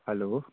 hello